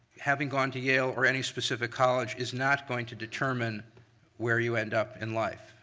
having gone to yale or any specific college is not going to determine where you end up in life.